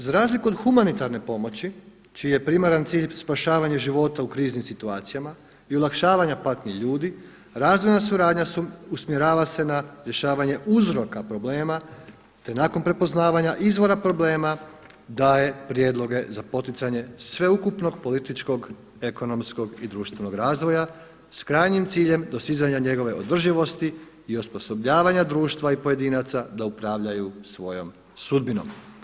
Za razliku od humanitarne pomoći čiji je primaran cilj spašavanje života u kriznim situacijama i olakšavanja patnji ljudi razvojna suradnja usmjerava se na rješavanje uzroka problema, te nakon prepoznavanja izvora problema daje prijedloge za poticanje sveukupnog političkog, ekonomskog i društvenog razvoja s krajnjim ciljem dosizanja njegove održivosti i osposobljavanja društva i pojedinaca da upravljaju svojom sudbinom.